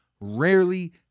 rarely